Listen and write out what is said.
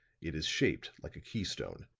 it is shaped like a keystone.